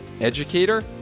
educator